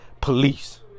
police